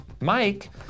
Mike